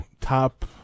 top